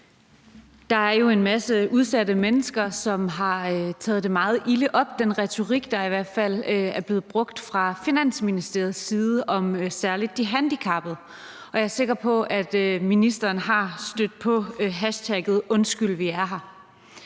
Der er jo en masse udsatte mennesker, som har taget den retorik, der i hvert fald er blevet brugt fra Finansministeriets side om særlig de handicappede, meget ilde op. Jeg er sikker på, at ministeren er stødt på hashtagget #undskyldvierher.